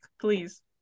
please